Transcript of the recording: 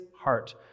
heart